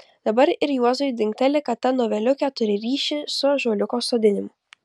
dabar ir juozui dingteli kad ta noveliukė turi ryšį su ąžuoliuko sodinimu